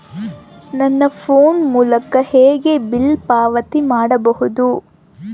ನನ್ನ ಫೋನ್ ಮೂಲಕ ಹೇಗೆ ಬಿಲ್ ಪಾವತಿ ಮಾಡಬಹುದು?